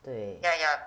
对